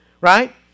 right